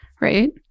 right